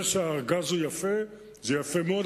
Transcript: זה שהארגז הוא יפה זה יפה מאוד,